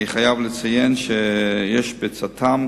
אני חייב לציין שיש צט"מ,